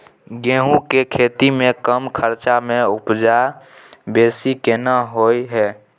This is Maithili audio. गेहूं के खेती में कम खर्च में उपजा बेसी केना होय है?